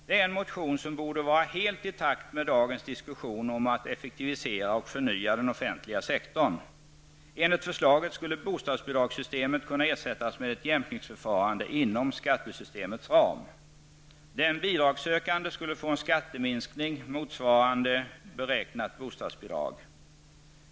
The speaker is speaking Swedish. Det gäller en motion som borde vara helt i takt med dagens diskussion om att effektivisera och förnya den offentliga sektorn. Enligt förslaget skulle bostadsbidragssystemet kunna ersättas med ett jämkningsförfarande inom skattesystemets ram. Den bidragssökande skulle få en skatteminskning motsvarande beräknat bostadsbidrag.